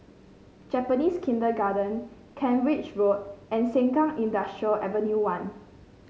Japanese Kindergarten Kent Ridge Road and Sengkang Industrial Avenue One